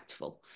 impactful